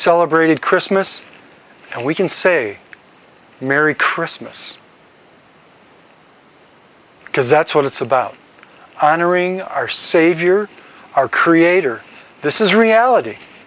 celebrated christmas and we can say merry christmas because that's what it's about honoring our savior our creator this is reality